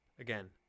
Again